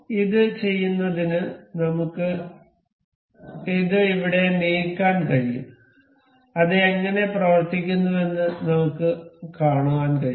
ഇത് ചെയ്യുന്നതിന് നമുക്ക് ഇത് ഇവിടെ നീക്കാൻ കഴിയും അത് എങ്ങനെ പ്രവർത്തിക്കുന്നുവെന്ന് നമുക്ക് കാണാൻ കഴിയും